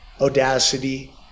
Audacity